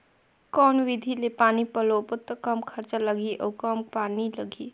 कौन विधि ले पानी पलोबो त कम खरचा लगही अउ कम पानी लगही?